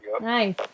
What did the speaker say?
Nice